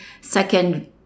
second